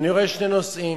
ורואה שני נושאים: